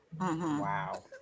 wow